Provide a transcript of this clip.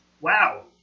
Wow